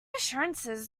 assurances